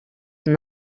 than